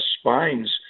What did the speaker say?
spines